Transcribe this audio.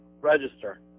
Register